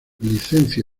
licencia